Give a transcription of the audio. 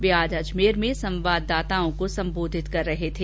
वे आज अजमेर में संवाददाताओं को सम्बोधित कर रहे थे